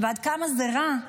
ועד כמה זה רע.